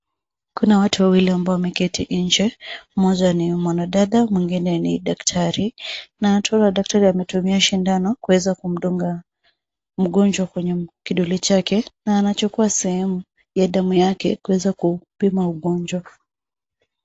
Kuna watu wawili ambao wameketi nje, mmoja ni mwanadada mwingine ni daktari, na tunaona daktari ametumia sindano kuweza kumdunga mgonjwa kwenye kidole chake na anachukua sehemu ya damu yake kuweza kupima ugonjwa.